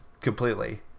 completely